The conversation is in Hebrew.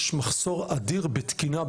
יש במשרד החינוך מחסור אדיר בתקינה,